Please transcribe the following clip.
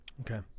okay